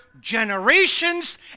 generations